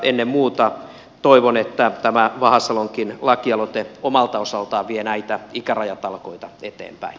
ennen muuta toivon että tämä vahasalonkin lakialoite omalta osaltaan vie näitä ikärajatalkoita eteenpäin